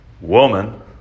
woman